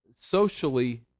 socially